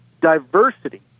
diversity